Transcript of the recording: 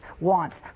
wants